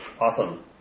Awesome